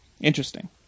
interesting